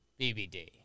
BBD